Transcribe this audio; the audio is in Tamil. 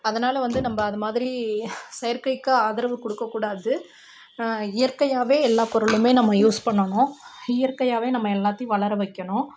அதனால் வந்து நம்ம அது மாதிரி செயற்கைக்கு ஆதரவு கொடுக்கக்கூடாது இயற்கையாகவே எல்லா பொருளுமே நம்ம யூஸ் பண்ணனும் இயற்கையாகவே நம்ம எல்லாத்தையும் வளர வைக்கணும்